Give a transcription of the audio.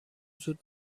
زود